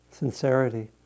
Sincerity